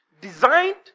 designed